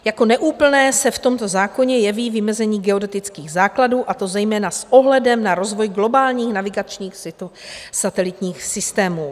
Jako neúplné se v tomto zákoně jeví vymezení geodetických základů, a to zejména s ohledem na rozvoj globálních navigačních satelitních systémů.